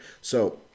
So-